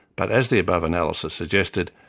but as the above analysis suggested,